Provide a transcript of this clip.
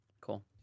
Cool